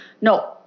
no